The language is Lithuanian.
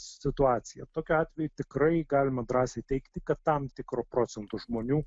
situaciją tokiu atveju tikrai galima drąsiai teigti kad tam tikro procento žmonių